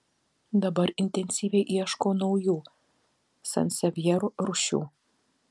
dabar intensyviai ieško naujų sansevjerų rūšių